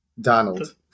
Donald